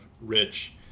rich